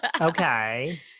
Okay